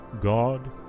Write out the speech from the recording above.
God